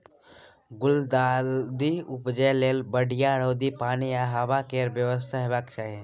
गुलदाउदी उपजाबै लेल बढ़ियाँ रौद, पानि आ हबा केर बेबस्था हेबाक चाही